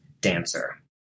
dancer